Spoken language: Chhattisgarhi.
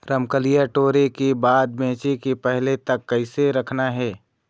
रमकलिया टोरे के बाद बेंचे के पहले तक कइसे रखना हे?